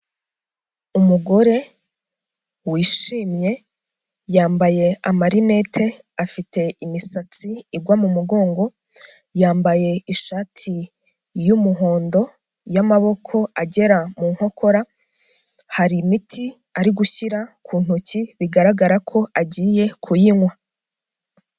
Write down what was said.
Umugore wishimye yambaye amarinete, afite imisatsi igwa mu mugongo, yambaye ishati y'umuhondo y'amaboko agera mu nkokora, hari imiti ari gushyira ku ntoki bigaragara ko agiye kuyinywa.